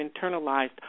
internalized